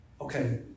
okay